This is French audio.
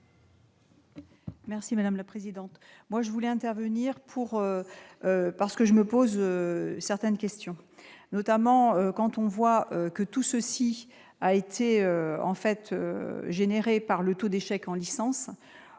Merci madame la présidente, moi je voulais intervenir pour parce que je me pose certaines questions, notamment quand on voit que tout ceci a été en fait générée par le taux d'échec en licence,